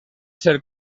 ser